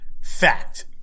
Fact